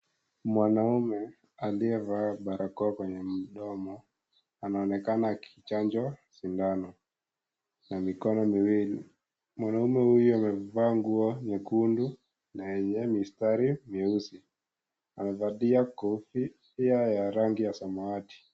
Mwanaume aliyevaa barakoa kwenye mdomo anaonekana akichanjwa sindano kwa mikono miwili. Mwanaume huyu amevaa nguo nyekundu na yenye mistari meusi, amevalia koti pia ya rangi ya samawati.